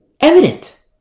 evident